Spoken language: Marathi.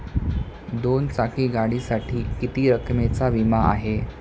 दोन चाकी गाडीसाठी किती रकमेचा विमा आहे?